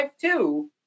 two